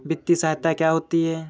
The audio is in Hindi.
वित्तीय सहायता क्या होती है?